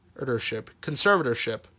Conservatorship